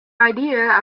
idea